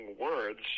words